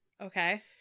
Okay